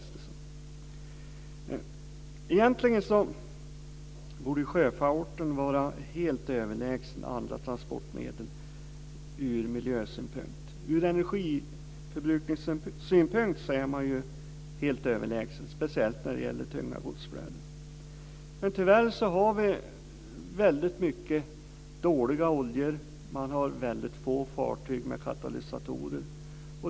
Sjöfarten borde vara helt överlägsen andra transportmedel ur miljösynpunkt. Ur energiförbrukningssynpunkt är den helt överlägsen, speciellt när det gäller flöden av tungt gods. Tyvärr finns det mycket av dåliga oljor. Det finns få fartyg med katalysatorer.